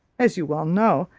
as you well know,